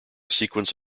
sequence